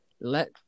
Let